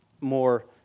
more